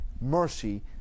mercy